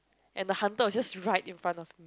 and the hunter was just right in front of